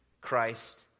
Christ